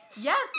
Yes